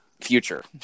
future